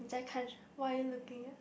你在看什 what are you looking at